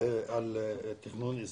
ועל תכנון אזורי.